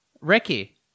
Ricky